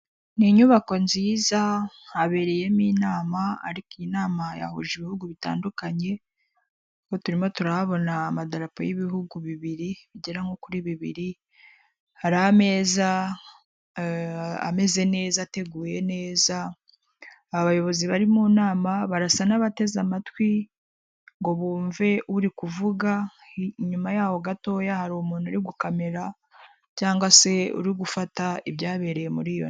Iyi nyubako nziza habereyemo inama ariko iyi nama yahuje ibihugu bitandukanye kuko turimo turahabona amadarapo y'ibihugu bibiri bigera nko kuri bibiri hari ameza ameze neza ateguye neza abayobozi bari mu nama barasa n'abateze amatwi ngo bumve uri kuvuga, inyuma yaho gatoya hari umuntu uri gukamera cyangwa se uri gufata ibyabereye muri iyo.